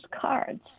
cards